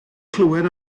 clywed